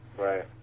Right